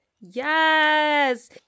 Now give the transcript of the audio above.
Yes